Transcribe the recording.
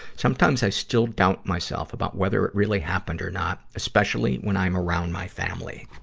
sometimes, i still doubt myself about whether it really happened or not, especially when i'm around my family.